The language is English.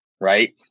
Right